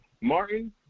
Martin